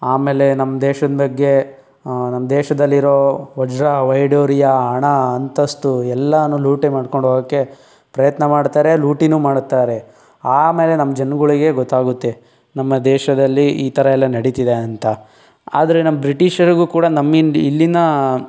ಆಮೇಲೆ ನಮ್ಮ ದೇಶದ ಬಗ್ಗೆ ನಮ್ಮ ದೇಶದಲ್ಲಿರೊ ವಜ್ರ ವೈಢೂರ್ಯ ಹಣ ಅಂತಸ್ತು ಎಲ್ಲನೂ ಲೂಟಿ ಮಾಡ್ಕೊಂಡು ಹೋಗೋಕ್ಕೆ ಪ್ರಯತ್ನ ಮಾಡ್ತಾರೆ ಲೂಟಿಯೂ ಮಾಡ್ತಾರೆ ಆಮೇಲೆ ನಮ್ಮ ಜನಗಳಿಗೆ ಗೊತ್ತಾಗುತ್ತೆ ನಮ್ಮ ದೇಶದಲ್ಲಿ ಈ ಥರ ಎಲ್ಲ ನಡೀತಿದೆ ಅಂತ ಆದರೆ ನಮ್ಮ ಬ್ರಿಟಿಷರಿಗೂ ಕೂಡ ನಮ್ಮಿಂದ ಇಲ್ಲಿನ